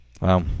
Wow